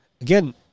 again